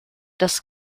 das